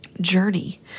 journey